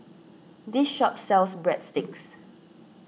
this shop sells Breadsticks